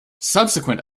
subsequent